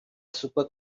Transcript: super